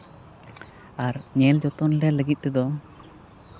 ᱟᱨ ᱧᱮᱞ ᱡᱚᱛᱚᱱᱞᱮ ᱞᱟᱹᱜᱤᱫ ᱛᱮᱫᱚ